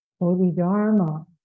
Bodhidharma